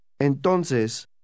Entonces